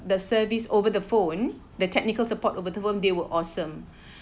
the service over the phone the technical support over the phone they were awesome